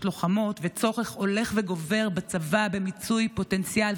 לוחמות וצורך הולך וגובר בצבא במיצוי פוטנציאל.